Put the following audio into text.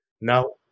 Now